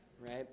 right